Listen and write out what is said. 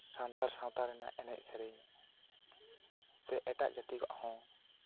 ᱥᱟᱱᱛᱟᱲ ᱥᱟᱶᱛᱟ ᱨᱮᱱᱟᱜ ᱮᱱᱮᱡ ᱥᱮᱨᱮᱧ ᱥᱮ ᱮᱴᱟᱜ ᱡᱟᱹᱛᱤᱭᱟᱜ ᱦᱚᱸ